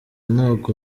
ntabwo